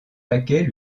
laquelle